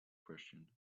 question